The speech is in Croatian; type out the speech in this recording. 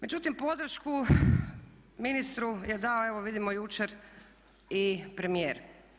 Međutim, podršku ministru je dao evo vidimo jučer i premijer.